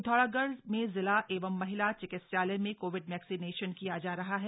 पिथौरागढ़ में जिला एवं महिला चिकित्सालय में कोविड वैक्सीनेशन किया जा रहा है